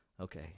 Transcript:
Okay